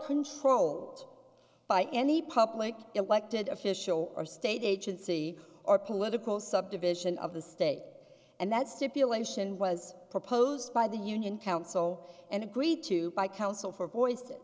controlled by any public elected official or state agency or political subdivision of the state and that stipulation was proposed by the union council and agreed to by council for voice